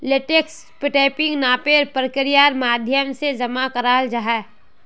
लेटेक्सक टैपिंग नामेर प्रक्रियार माध्यम से जमा कराल जा छे